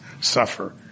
suffer